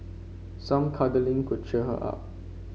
some cuddling could cheer her up